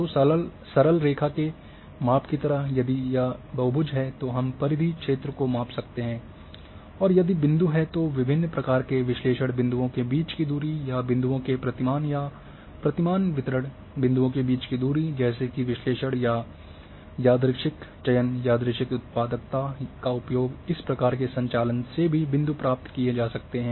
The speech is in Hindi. तो सरल रेखा के माप की तरह और यदि यह बहुभुज है तो हम परिधि क्षेत्र को माप सकते हैं और यदि बिंदु हैं तो विभिन्न प्रकार के विश्लेषण बिंदुओं के बीच की दूरी या बिंदुओं के प्रतिमान या प्रतिमान वितरण बिंदुओं के बीच की दूरी जैसे कि विश्लेषण और यादृच्छिक चयन यादृच्छिक उत्पादकता का उपयोग इस प्रकार के संचालन से भी बिंदु प्राप्त किए जा सकते हैं